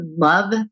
love